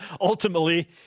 Ultimately